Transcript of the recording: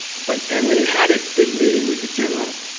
but, and when he had his big meeting with the generals,